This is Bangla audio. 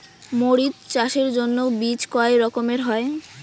মরিচ চাষের জন্য বীজ কয় রকমের হয়?